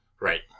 Right